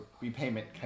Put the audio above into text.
repayment